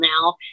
now